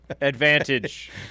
Advantage